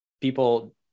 people